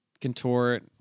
contort